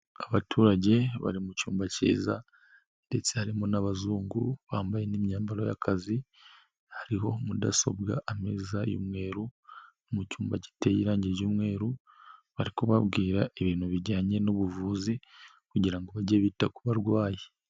Abaturage bari mu cyumba kiza ndetse harimo n'abazungu bambaye n'imyambaro y'akazi, hariho mudasobwa ameza y'umweru, mu cyumba giteye irangije ry'umweru, bari kubabwira ibintu bijyanye n'ubuvuzi kugira ngo bajye bita ku barwayi.